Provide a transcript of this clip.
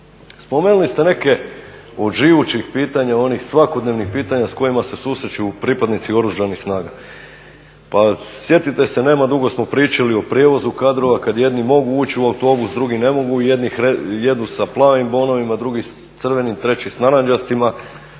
Spomenuli ste neke od živućih pitanja onih svakodnevnih pitanja s kojima se susreću pripadnici oružanih snaga. Pa sjetite se nema dugo smo pričali o prijevozu kadrova kada jedni mogu ući u autobus drugi ne mogu, jedni jedu sa plavim bonovima, drugi s crvenim, treći s narančastima,